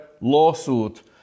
lawsuit